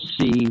see